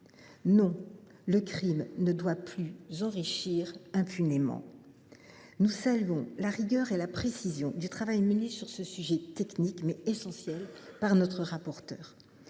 Non, le crime ne doit plus enrichir impunément ! Nous saluons la rigueur et la précision du travail mené sur ce sujet à la fois technique et essentiel par notre rapporteur.